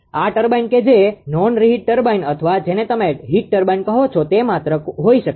આ ટર્બાઇન કે જે નોન રિહિટ ટર્બાઇન અથવા જેને તમે હીટ ટર્બાઇન કહો છો તે માત્ર હોઈ શકે છે